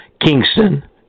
Kingston